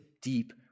deep